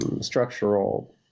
structural